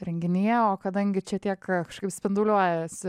renginyje o kadangi čia tiek kažkaip spinduliuojasi